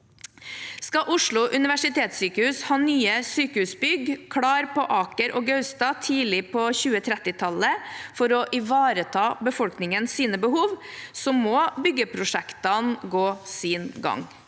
Skal Oslo universitetssykehus ha nye sykehusbygg klare på Aker og Gaustad tidlig på 2030-tallet for å ivareta befolkningens behov, må byggeprosjektene gå sin gang.